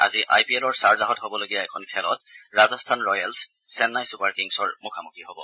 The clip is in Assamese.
আজি আই পি এলৰ ছাৰজাহত হ'বলগীয়া এখন খেলত ৰাজস্থান ৰয়েলছ চেন্নাই ছুপাৰ কিংছৰ মুখামুখী হব